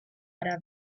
არა